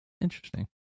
Interesting